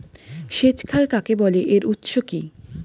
সেচ খাল কাকে বলে এর উৎস কি?